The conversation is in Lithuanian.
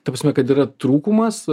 ta prasme kad yra trūkumas